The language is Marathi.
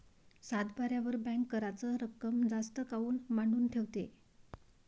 सातबाऱ्यावर बँक कराच रक्कम जास्त काऊन मांडून ठेवते?